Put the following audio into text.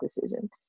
decision